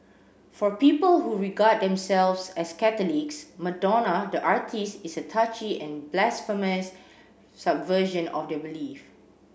for people who regard themselves as Catholics Madonna the artiste is a touchy and blasphemous subversion of their belief